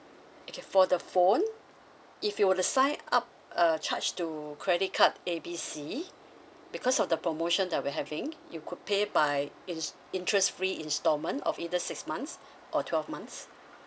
okay for the phone if you were to sign up uh charge to credit card A B C because of the promotion that we're having you could pay by int~ interest free instalment of either six months or twelve months